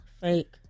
Fake